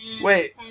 Wait